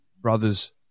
brother's